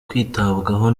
kwitabwaho